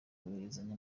kohererezanya